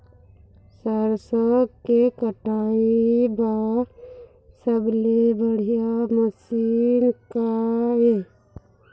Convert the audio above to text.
सरसों के कटाई बर सबले बढ़िया मशीन का ये?